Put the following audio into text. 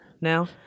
now